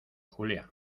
julia